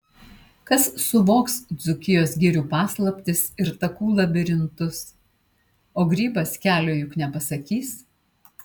kas suvoks dzūkijos girių paslaptis ir takų labirintus o grybas kelio juk nepasakys